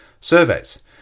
surveys